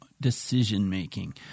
decision-making